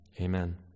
amen